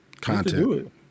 Content